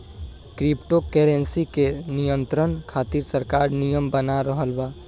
crypto currency के नियंत्रण खातिर सरकार नियम बना रहल बा